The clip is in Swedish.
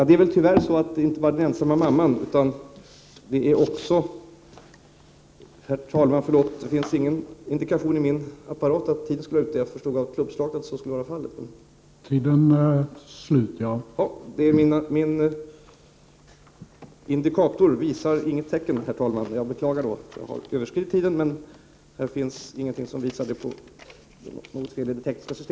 Det är tyvärr inte bara den ensamma mamman som har problem, utan även OECD anser att Sverige har snårigare bestämmelser än många andra länder. Jag beklagar att jag på grund av något tekniskt fel i min indikator har Prot.